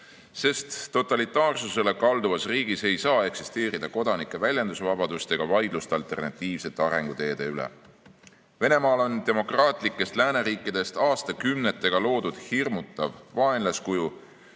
sest totalitaarsusele kalduvas riigis ei saa eksisteerida kodanike väljendusvabadust ega vaidlust alternatiivsete arenguteede üle. Venemaal on demokraatlikest lääneriikidest aastakümnetega loodud hirmutav vaenlasekuju,